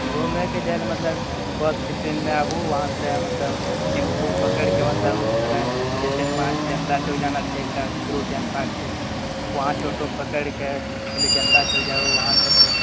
घुमयके जाय लए मतलब बस ट्रेनमे आबु वहाँसॅं मतलब टेम्पू पकड़ि कऽ मतलब अगर जे छै जनता चौक जाना छै एकटा ध्रुव उद्यान पार्क छै वहाँ टो टो पकड़ि कऽ पहिले जनता चौक जाउ वहाँ सऽ फेर